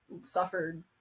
suffered